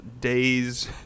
days